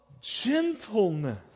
gentleness